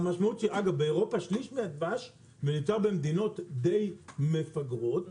שליש מהדבש באירופה מיוצר במדינות די "מפגרות",